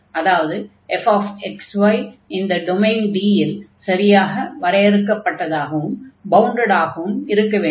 அதாவது fxy இந்த domain D இல் சரியாக வரையறுக்கப்பட்டதாகவும் பவுண்டடாகவும் இருக்க வேண்டும்